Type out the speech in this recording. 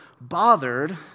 bothered